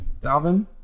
Dalvin